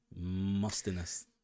mustiness